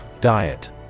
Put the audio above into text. Diet